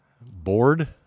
Bored